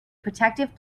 protective